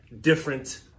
different